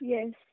Yes